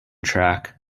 track